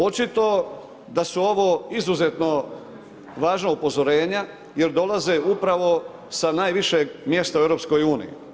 Očito da su ovo izuzetno važna upozorenja jer dolaze upravo sa najvišeg mjesta u EU.